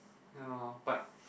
ya lor but